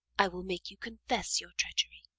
i will make you confess your treachery.